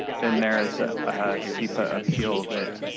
then there is a sepa appeal that